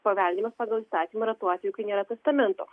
paveldėjimas pagal įstatymą yra tuo atveju kai nėra testamento